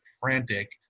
frantic